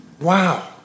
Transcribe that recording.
wow